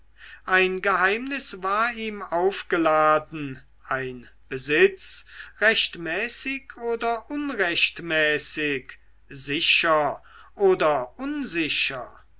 ein geheimnis war ihm aufgeladen ein besitz rechtmäßig oder unrechtmäßig sicher oder unsicher